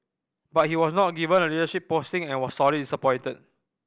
but he was not given a leadership posting and was sorely disappointed